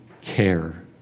care